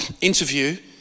interview